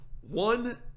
One